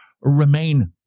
remain